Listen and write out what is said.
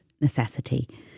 necessity